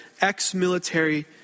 ex-military